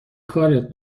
کارت